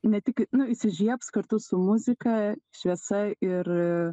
ne tik nu įsižiebs kartu su muzika šviesa ir